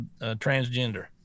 transgender